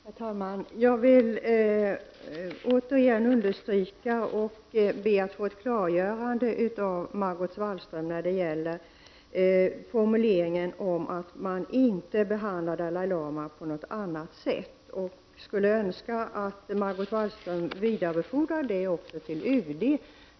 Herr talman! Jag vill återigen understryka vad jag sade och be att få ett klargörande av Margot Wallström när det gäller formuleringen om att man inte behandlar Dalai Lama ”på något annat sätt”. Jag skulle önska att Margot Wallström vidarebefordrar min fråga till UD.